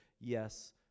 yes